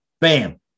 bam